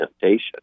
temptation